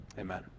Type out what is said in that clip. amen